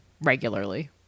regularly